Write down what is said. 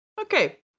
Okay